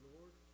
Lord